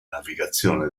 navigazione